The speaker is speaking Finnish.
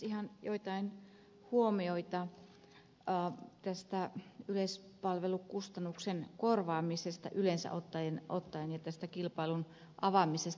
ihan joitain huomioita tästä yleispalvelukustannuksen korvaamisesta yleensä ottaen ja tästä kilpailun avaamisesta